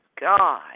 God